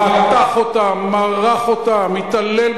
זה ממוחזר.